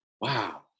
wow